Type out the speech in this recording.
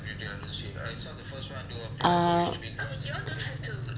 uh